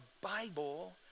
Bible